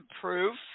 proof